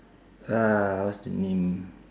uh what's the name